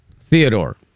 theodore